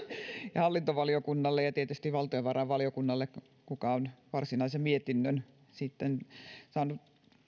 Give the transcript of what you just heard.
ja hallintovaliokunnalle ja tietysti valtiovarainvaliokunnalle joka on varsinaisen mietinnön sitten saanut